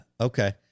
Okay